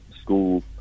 school